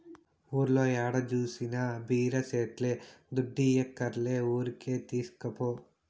ఊర్లో ఏడ జూసినా బీర సెట్లే దుడ్డియ్యక్కర్లే ఊరికే తీస్కపో